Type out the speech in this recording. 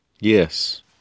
Yes